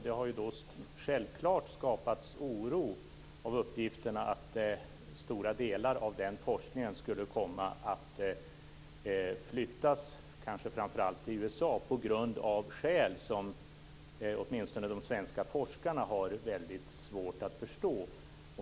Det har självfallet skapats en oro av uppgifterna att stora delar av den forskningen skulle komma att flyttas kanske framför allt till USA av skäl som åtminstone de svenska forskarna har väldigt svårt att förstå.